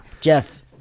Jeff